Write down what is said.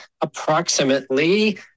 approximately